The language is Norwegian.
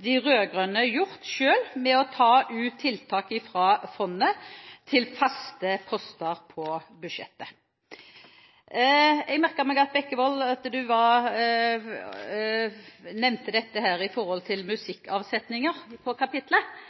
de rød-grønne selv ved å ta ut tiltak fra fondet til faste poster på budsjettet. Jeg merket meg at Bekkevold nevnte dette med avsetninger til musikkformål fra kapittelet. Ja, det er kuttet i kapittelet for avsetninger til